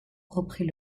reprit